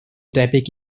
debyg